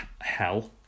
hell